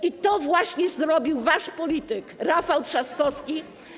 I to właśnie zrobił wasz polityk Rafał Trzaskowski.